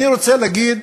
אני רוצה להגיד